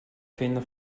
vinden